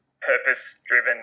purpose-driven